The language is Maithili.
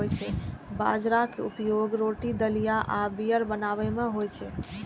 बाजराक उपयोग रोटी, दलिया आ बीयर बनाबै मे होइ छै